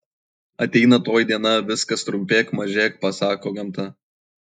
ateina toji diena viskas trumpėk mažėk pasako gamta